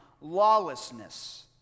lawlessness